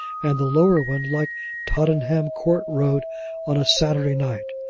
and the lower one like tottenham court road on a saturday night.